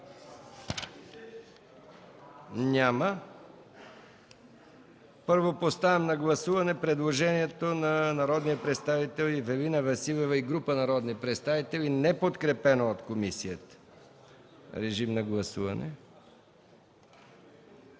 Няма. Първо, поставям на гласуване предложението на народния представител Ивелина Василева и група народни представители, неподкрепено от комисията. Гласували